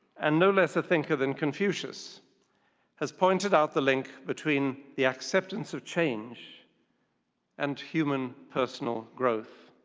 and no less a thinker than confucius has pointed out the link between the acceptance of change and human personal growth.